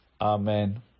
Amen